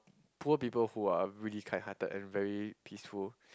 poor people who are really kind hearted and very peaceful